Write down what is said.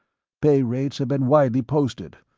pay rates have been widely posted.